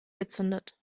gezündet